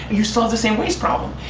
you still have the same waste problem.